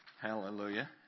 hallelujah